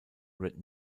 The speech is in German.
red